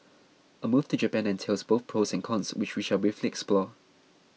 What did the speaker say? a move to Japan entails both pros and cons which we shall briefly explore